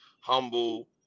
humble